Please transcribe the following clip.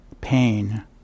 pain